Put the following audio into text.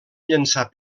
llançar